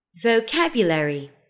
Vocabulary